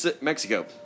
Mexico